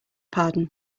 pardon